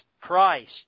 Christ